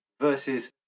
versus